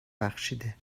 بخشیده